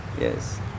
Yes